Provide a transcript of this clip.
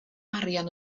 arian